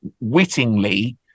wittingly